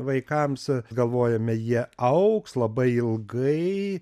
vaikams galvojame jie augs labai ilgai